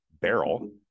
barrel